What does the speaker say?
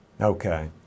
Okay